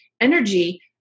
energy